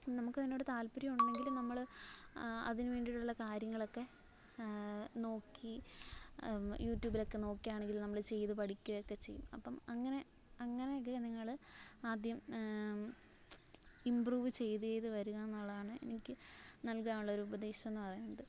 നമുക്കതിനോട് താൽപ്പര്യമുണ്ടെങ്കിൽ നമ്മൾ അതിന് വേണ്ടീട്ടുള്ള കാര്യങ്ങളൊക്കെ നോക്കി യൂറ്റൂബിലക്കെ നോക്കിയാണെങ്കിൽ നമ്മൾ ചെയ്ത് പഠിക്കുകയൊക്കെ ചെയ്യും അപ്പം അങ്ങനെ അങ്ങനെയൊക്കെ നിങ്ങൾ ആദ്യം ഇമ്പ്രൂവ് ചെയ്ത ചെയ്ത് വരുകാന്നുള്ളതാണ് എനിക്ക് നൽകാനുള്ളൊരു ഉപദേശമെന്ന് പറയുന്നത്